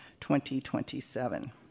2027